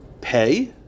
pay